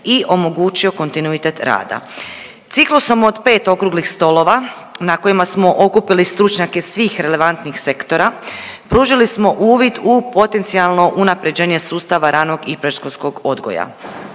i omogućio kontinuitet rada. Ciklusom od 5 Okruglih stolova na kojima smo okupili stručnjake svih relevantnih sektora pružili smo uvid u potencijalno unaprjeđenje sustava ranog i predškolskog odgoja.